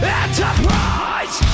enterprise